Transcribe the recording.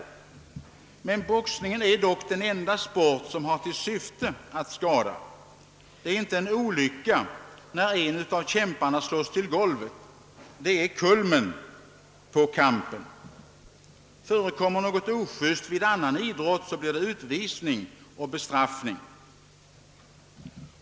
Men boxningen är den enda sport som har till syfte att skada. Det är inte en olycka, när en av kämparna slås till golvet; det är kulmen på kampen. Förekommer något ojust vid annan idrott så blir det utvisning och bestraffning.